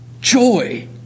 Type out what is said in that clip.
joy